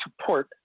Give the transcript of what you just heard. support